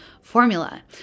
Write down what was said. formula